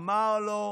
אמר לו: